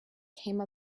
came